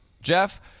Jeff